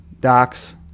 Docs